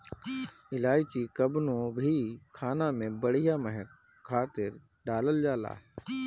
इलायची कवनो भी खाना में बढ़िया महक खातिर डालल जाला